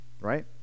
right